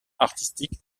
artistique